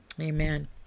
Amen